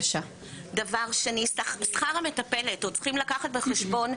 דבר שני שכר המטפלת או צריכים לקחת בחשבון,